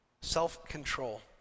self-control